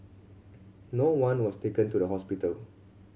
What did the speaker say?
no one was taken to the hospital